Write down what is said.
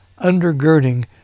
undergirding